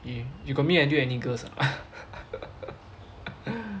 eh you got meet until any girls or not